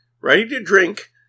ready-to-drink